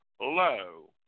low